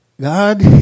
God